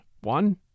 one